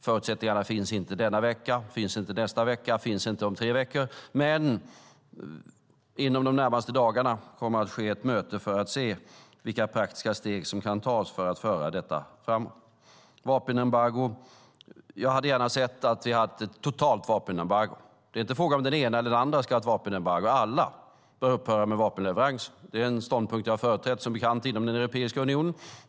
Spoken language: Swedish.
Förutsättningarna finns inte denna vecka, inte nästa vecka, inte om tre veckor, men inom de närmaste dagarna kommer ett möte att hållas för att se vilka praktiska steg som kan tas för att föra processen framåt. Vad gäller vapenembargo hade jag gärna sett att vi haft ett totalt vapenembargo. Det är inte fråga om huruvida den ena eller andra ska ha ett vapenembargo. Alla bör upphöra med vapenleveranser. Det är en ståndpunkt som jag som bekant företrätt inom Europeiska unionen.